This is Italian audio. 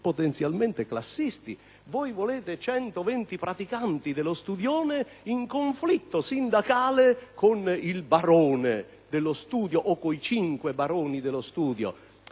potenzialmente classisti. Voi volete 120 praticanti dello studione in conflitto sindacale con il barone dello studio o con i cinque baroni dello studio.